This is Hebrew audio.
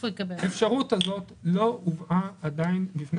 האפשרות הזאת לא הובאה עדיין בפני היועץ המשפטי לממשלה.